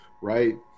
right